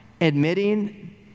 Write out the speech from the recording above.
admitting